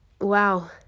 wow